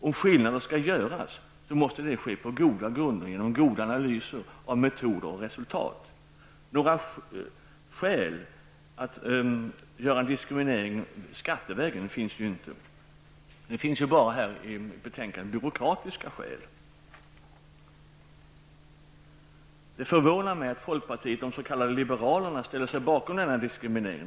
Om skillnader skall göras måste det ske på grundval av goda analyser av metoder och resultat. Några sakskäl för diskriminering skattevägen har inte angivits. I betänkandet anförs bara byråkratiska skäl. Det förvånar mig att folkpartisterna, de s.k. liberalerna, ställer sig bakom denna diskriminering.